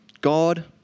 God